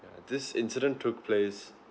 this incident took place